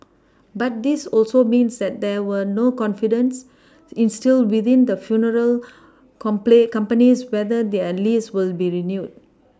but this also means that there were no confidence instilled within the funeral com play companies whether their lease will be renewed